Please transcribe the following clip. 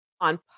on